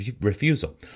refusal